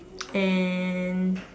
and